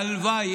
הלוואי.